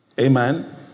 Amen